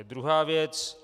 Druhá věc.